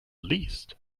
least